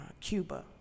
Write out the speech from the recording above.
Cuba